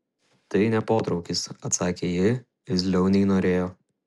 tai ne potraukis atsakė ji irzliau nei norėjo